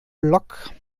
block